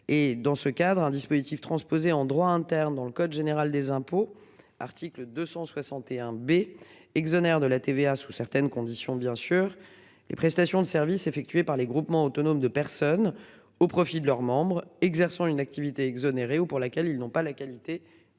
dans ce cadre un dispositif transposer en droit interne dans le code général des impôts. Article 261 bé exonère de la TVA sous certaines conditions bien sûr les prestations de services effectués par les groupements autonomes de personnes au profit de leurs membres exerçant une activité exonérés ou pour laquelle ils n'ont pas la qualité